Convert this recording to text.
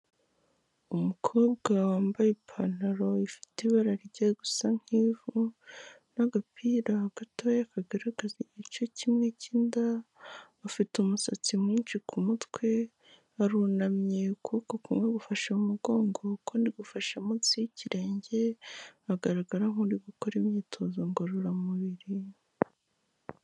Umukobwa wambaye ipantaro ifite ibara rijya gusa nk'ivu, n'agapira gatoya kagaragaza igice kimwe cy'inda, afite umusatsi mwinshi ku mutwe, arunamye ukuboko kumwe gufashe mu mugongo ukundi gufashe munsi y'ikirenge, Agaragara nk'uri gukora imyitozo ngororamubiri.